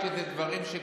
אז זה אותם דברים.